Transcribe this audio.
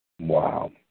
Wow